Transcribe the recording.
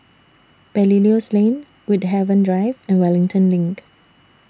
Belilios Lane Woodhaven Drive and Wellington LINK